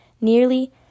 nearly